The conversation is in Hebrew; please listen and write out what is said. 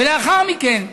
ולאחר מכן,